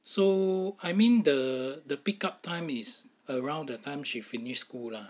so I mean the the pick up time is around that time she finish school lah